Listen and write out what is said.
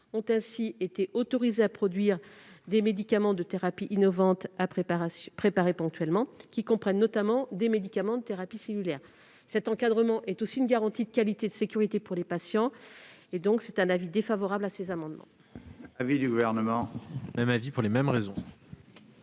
ont ainsi été autorisés à produire des médicaments de thérapie innovante préparés ponctuellement, qui comprennent notamment des produits de thérapie cellulaire. Cet encadrement est aussi une garantie de qualité et de sécurité pour les patients. La commission a donc émis un avis défavorable sur ces amendements